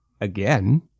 again